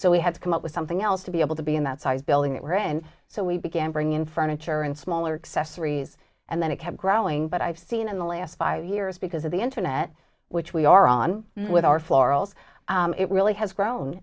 so we had to come up with something else to be able to be in that size building that we're in so we began bring in furniture and smaller excess threes and then it kept growing but i've seen in the last five years because of the internet which we are on with our florals it really has grown